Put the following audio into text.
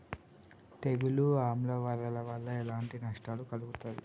తెగులు ఆమ్ల వరదల వల్ల ఎలాంటి నష్టం కలుగుతది?